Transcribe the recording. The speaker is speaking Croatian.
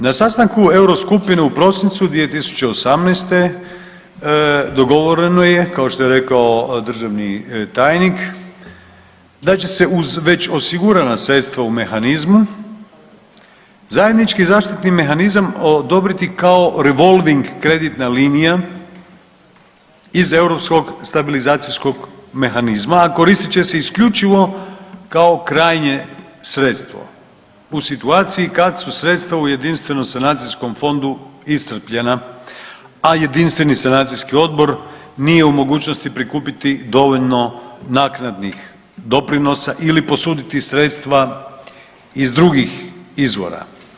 Na sastanku euro skupine u prosincu 2018. dogovoreno je kao što je rekao državni tajnik da će se uz već osigurana sredstava u mehanizmu zajednički zaštitni mehanizam odobriti kao revolving kreditna linija iz Europskog stabilizacijskog mehanizma, a koristit će se isključivo kao krajnje sredstvo u situaciji kad su sredstva u Jedinstvenom sanacijskom fondu iscrpljena, a Jedinstveni sanacijski odbor nije u mogućnosti prikupiti dovoljno naknadnih doprinosa ili posuditi sredstva iz drugih izvora.